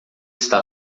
está